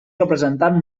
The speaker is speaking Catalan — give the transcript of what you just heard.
representant